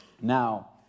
Now